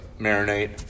marinate